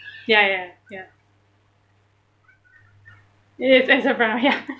ya ya ya ya